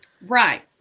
Right